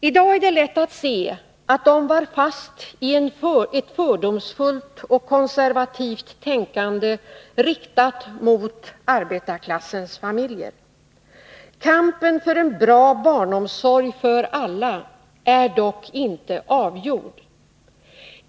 I dag är det lätt att se att de var fast i ett fördomsfullt och konservativt tänkande riktat mot arbetarklassens familjer. Kampen för en bra barnomsorg för alla är dock inte avgjord.